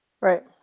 Right